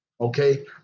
okay